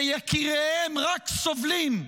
שיקיריהם רק סובלים,